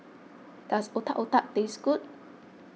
does Otak Otak taste good